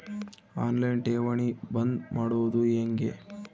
On line ಠೇವಣಿ ಬಂದ್ ಮಾಡೋದು ಹೆಂಗೆ?